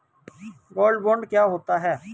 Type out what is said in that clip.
Gold bond क्या होता है?